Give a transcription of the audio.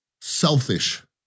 selfish